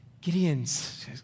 Gideon's